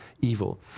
evil